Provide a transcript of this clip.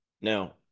Now